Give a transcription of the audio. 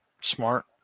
Smart